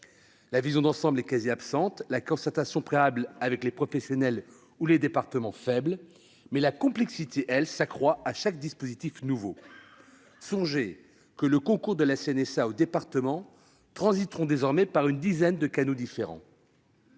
la vision d'ensemble est quasi absente, la concertation préalable avec les professionnels ou les départements faible, mais la complexité s'accroît à chaque dispositif nouveau. Songez que les concours de la CNSA aux départements transiteront désormais par une dizaine de canaux différents